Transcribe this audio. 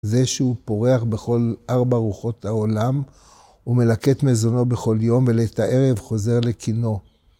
זה שהוא פורח בכל ארבע רוחות העולם, הוא מלקט מזונו בכל יום ולעת ערב חוזר לכינו.